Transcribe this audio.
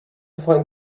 find